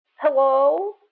Hello